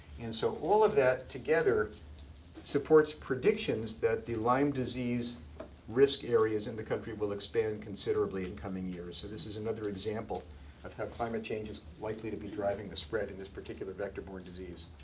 and so, all of that together supports predictions that the lyme disease risk areas in the country will expand considerably in coming years. so this is another example of how climate change is likely to be driving the spread of and this particular vector-borne disease.